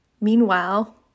meanwhile